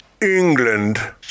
England